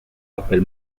papel